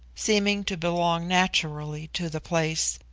seeming to belong naturally to the place,